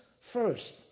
first